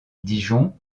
dijon